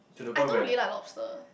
I don't really like lobster